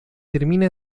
termina